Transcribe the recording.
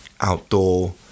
outdoor